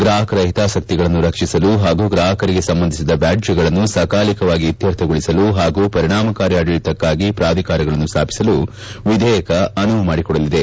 ಗ್ರಾಹಕರ ಹಿತಾಸಕ್ತಿಗಳನ್ನು ರಕ್ಷಿಸಲು ಹಾಗೂ ಗ್ರಾಹಕರಿಗೆ ಸಂಬಂಧಿಸಿದ ವ್ಯಾಜ್ಞಗಳನ್ನು ಸಕಾಲಿಕವಾಗಿ ಇತ್ತರ್ಥಗೊಳಿಸಲು ಹಾಗೂ ಪರಿಣಾಮಕಾರಿ ಆಡಳಿತಕ್ನಾಗಿ ಪ್ರಾಧಿಕಾರಗಳನ್ನು ಸ್ವಾಪಸಲು ವಿಧೇಯಕ ಅನುವು ಮಾಡಿಕೊಡಲಿದೆ